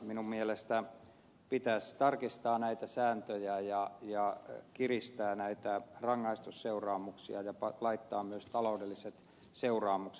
minun mielestäni pitäisi tarkistaa näitä sääntöjä ja kiristää näitä rangaistusseuraamuksia ja laittaa myös taloudelliset seuraamukset